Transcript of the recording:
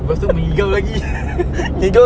lepas tu mengigau lagi